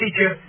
teacher